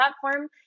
platform